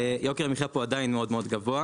יוקר המחיה פה עדיין מאוד מאוד גבוה,